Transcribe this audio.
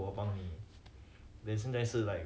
like it is not a place where is like